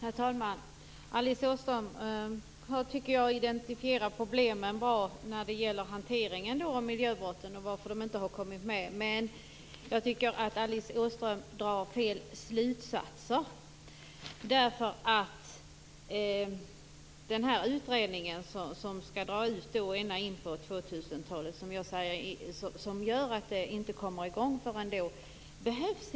Herr talman! Jag tycker att Alice Åström identifierar problemen bra när det gäller hanteringen av miljöbrotten och anledningen till att de inte har kommit med i utredningen, men jag tycker att hon drar fel slutsatser. Utredningen, som drar ut ända in på 2000 talet, behövs inte. Den gör att verksamheten inte kommer i gång förrän då.